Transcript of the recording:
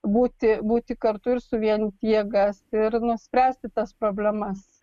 būti būti kartu ir suvienyti jėgas ir nu spręsti tas problemas